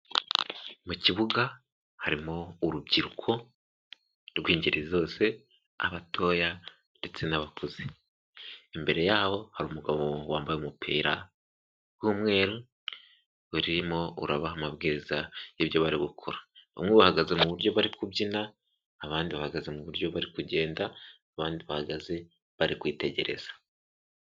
Mu kibuga harimo urubyiruko rw'ingeri zose abatoya ndetse n'abakuze, imbere yaho hari umugabo wambaye umupira w'umweru, urimo urabaha amabwiriza y'ibyo bari gukora, bamwe bahagaze mu buryo bari kubyina, abandi bahagaze mu buryo bari kugenda, abandi bahagaze bari kwitegereza.